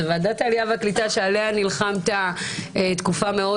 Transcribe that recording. זו ועדת העלייה והקליטה עליה נלחמת תקופה מאוד